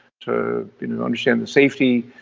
to understand the safety.